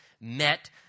met